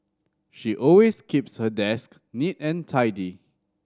she always keeps her desk neat and tidy